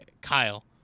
Kyle